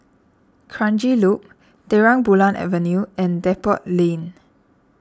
Kranji Loop Terang Bulan Avenue and Depot Lane